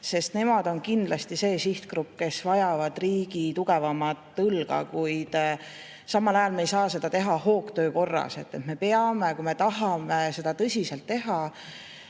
Nemad on kindlasti see sihtgrupp, kes vajavad riigi tugevamat õlga, kuid samal ajal me ei saa seda teha hoogtöö korras. Me peame, kui me tahame seda tõsiselt teha,